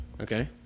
Okay